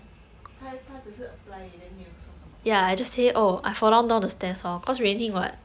他他只是:ta zhi shi apply 而已 then 没有说什么东西